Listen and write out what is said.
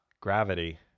Gravity